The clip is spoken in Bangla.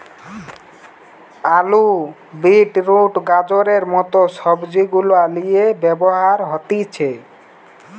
আলু, বিট রুট, গাজরের মত সবজি গুলার লিয়ে ব্যবহার হতিছে